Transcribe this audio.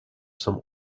some